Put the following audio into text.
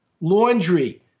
Laundry